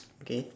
okay